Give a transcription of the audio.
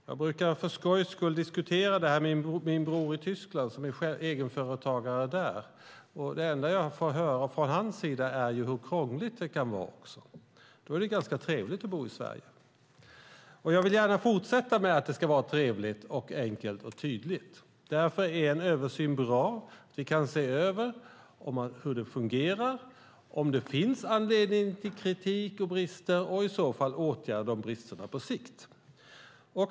Jag brukar för skojs skull diskutera detta med min bror, som är egenföretagare i Tyskland. Det enda jag får höra från hans sida är hur krångligt det kan vara. Då är det ganska trevligt att bo i Sverige. Jag vill gärna att det ska fortsätta att vara trevligt, enkelt och tydligt. Därför är det bra med en översyn. Vi ska se över hur det fungerar. Om det finns anledning till kritik av brister ska vi åtgärda de bristerna på sikt.